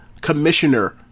Commissioner